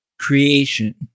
Creation